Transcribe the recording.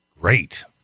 Great